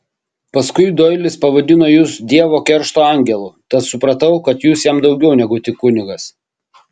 paskui doilis pavadino jus dievo keršto angelu tad supratau kad jūs jam daugiau negu tik kunigas